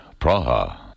Praha